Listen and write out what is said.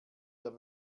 der